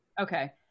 Okay